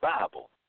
Bible